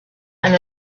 and